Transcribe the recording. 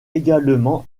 également